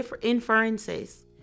inferences